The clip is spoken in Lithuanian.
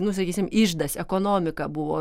nu sakysim iždas ekonomika buvo